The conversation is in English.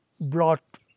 brought